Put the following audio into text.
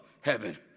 heaven